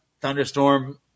Thunderstorm